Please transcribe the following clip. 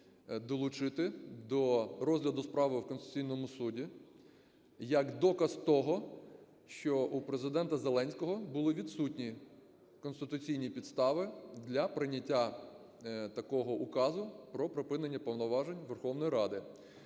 долучити до розгляду справи в Конституційному Суді як доказ того, що у Президента Зеленського були відсутні конституційні підстави для прийняття такого Указу про припинення повноважень Верховної Ради.